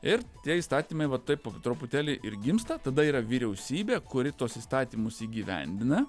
ir įstatymai va taip truputėlį ir gimsta tada yra vyriausybė kuri tuos įstatymus įgyvendina